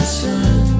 sun